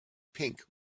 pink